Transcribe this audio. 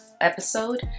episode